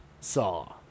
Saw